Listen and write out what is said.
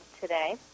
today